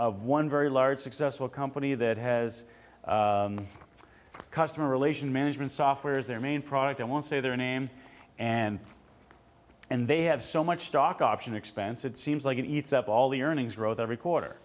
one very large successful company that has customer relations management software is their main product i won't say their name and and they have so much stock option expense it seems like a nice up all the earnings growth every quarter